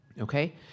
Okay